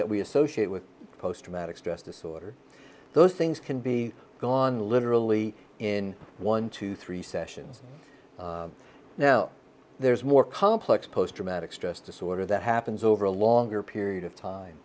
that we associate with post traumatic stress disorder those things can be gone literally in one to three sessions now there's more complex post traumatic stress disorder that happens over a longer period of time